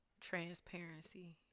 transparency